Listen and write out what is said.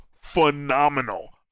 phenomenal